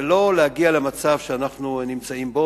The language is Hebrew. ולא להגיע למצב שאנחנו נמצאים בו.